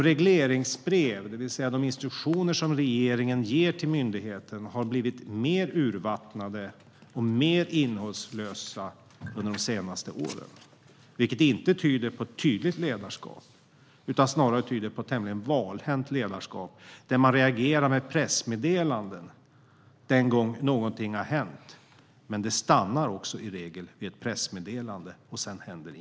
Regleringsbreven, det vill säga de instruktioner som regeringen ger myndigheten, har blivit mer urvattnade och innehållslösa de senaste åren. Det tyder inte på ett tydligt ledarskap utan snarare på ett valhänt ledarskap. Man reagerar med ett pressmeddelande när något har hänt. Men det stannar också i regel vid ett pressmeddelande. Inget mer händer.